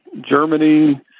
Germany